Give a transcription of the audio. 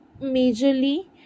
majorly